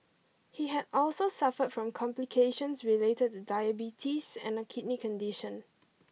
he had also suffered from complications related to diabetes and a kidney condition